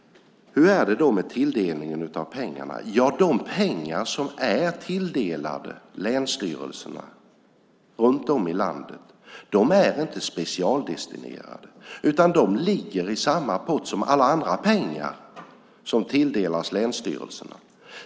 Hur är det då med tilldelningen av pengarna? De pengar som är tilldelade länsstyrelserna runt om i landet är inte specialdestinerade, utan de ligger i samma pott som alla andra pengar som tilldelas länsstyrelserna.